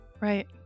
right